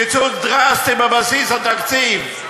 קיצוץ דרסטי בבסיס התקציב.